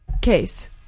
case